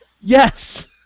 Yes